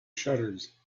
shutters